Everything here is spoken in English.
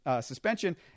suspension